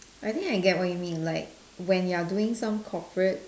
I think I get what you mean like when you're doing some corporate